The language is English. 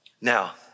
Now